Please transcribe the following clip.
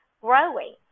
growing